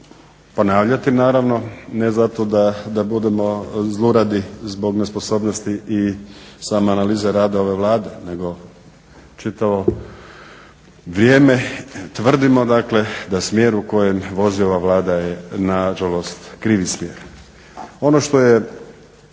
ponavljati naravno, ne zato da budemo zluradi zbog nesposobnosti i same analize rada ove Vlade nego čitavo vrijeme tvrdimo dakle da smjer u kojem vozi ova Vlada je nažalost krivi smjer.